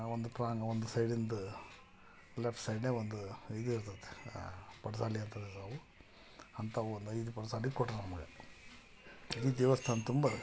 ಒಂದು ಪ್ರಾನು ಒಂದು ಸೈಡಿಂದ ಲೆಫ್ಟ್ ಸೈಡ್ನ್ಯಾಗೆ ಒಂದು ಇದು ಇರ್ತೈತೆ ಪಡ್ಸಾಲೆ ಅಂತದು ಇರ್ತಾವೆ ಅಂಥವು ಒಂದು ಐದು ಪಡ್ಸಾಲೆ ಕೊಟ್ರು ನಮ್ಗೆ ಇಡೀ ದೇವಸ್ಥಾನ ತುಂಬ